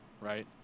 right